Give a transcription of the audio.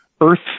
Earth